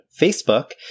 Facebook